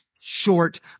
short